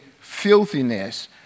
filthiness